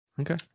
Okay